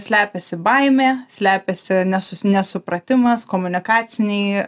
slepiasi baimė slepiasi nesusi nesupratimas komunikaciniai